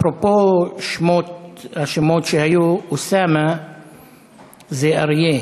אפרופו השמות שהיו, אוסאמה זה אריה.